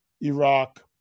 Iraq